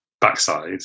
backside